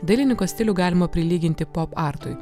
dailininko stilių galima prilyginti pop artui